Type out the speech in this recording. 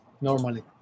normally